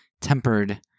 tempered